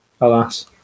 alas